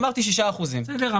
אמרתי 6%. בסדר,